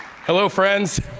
hello, friends.